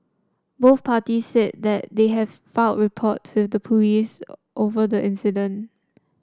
both parties said that they have filed reports with the police over the incident